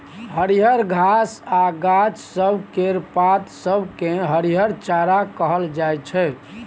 हरियर घास आ गाछ सब केर पात सब केँ हरिहर चारा कहल जाइ छै